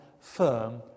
firm